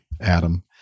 Adam